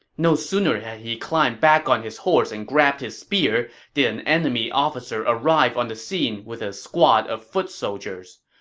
no sooner had he climbed back on his horse and grabbed his spear did an enemy officer arrive on the scene with a squad of foot soldiers.